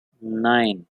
nine